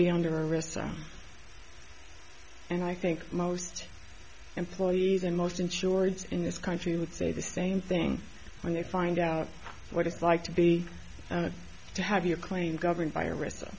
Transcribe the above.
be under wrists and i think most employees in most insurance in this country would say the same thing when they find out what it's like to be to have your claim governed by arista